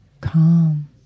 calm